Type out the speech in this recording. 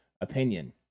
opinion